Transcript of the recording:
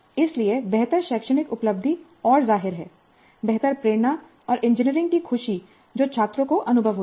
इसलिए बेहतर शैक्षणिक उपलब्धि और जाहिर है बेहतर प्रेरणा और इंजीनियरिंग की खुशी जो छात्रों को अनुभव होती है